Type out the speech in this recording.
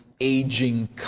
aging